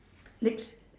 next